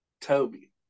Toby